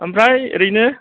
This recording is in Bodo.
ओमफ्राय ओरैनो